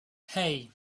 hey